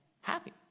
happy